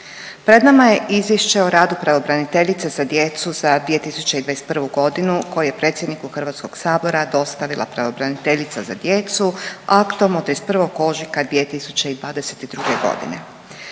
pred nama je Izvješće o radu pravobraniteljice za djecu za 2021. godinu koje je predsjedniku Hrvatskog sabora dostavila pravobraniteljica za djecu aktom od 31. ožujka 2022. godine.